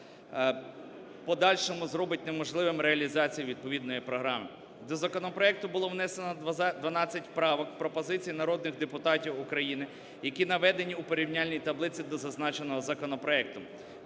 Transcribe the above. в подальшому зробить неможливим реалізацію відповідної програми. До законопроекту було внесено 12 правок, пропозицій народних депутатів України, які наведені у порівняльній таблиці до зазначеного законопроекту.